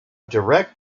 direct